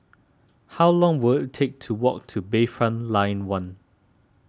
how long will it take to walk to Bayfront Lane one